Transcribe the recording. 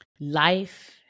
life